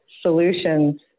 solutions